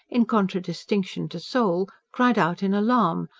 in contradistinction to soul cried out in alarm,